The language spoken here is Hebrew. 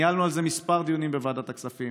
ניהלנו על זה כמה דיונים בוועדת הכספים.